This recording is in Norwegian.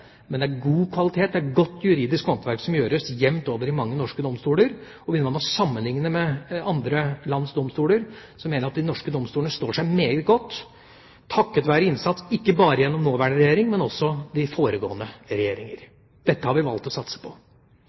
Men det er god kvalitet, og det er et godt juridisk håndverk som gjøres jevnt over i mange norske domstoler. Begynner man å sammenligne med andre lands domstoler, mener jeg at de norske domstolene står seg meget godt, takket være innsats ikke bare av den nåværende regjering, men også av foregående regjeringer. Dette har vi valgt å satse på.